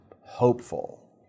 hopeful